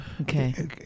Okay